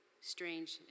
Strange